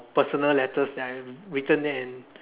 personal letters that I have written and